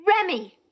Remy